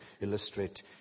illustrate